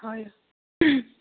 হয়